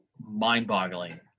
mind-boggling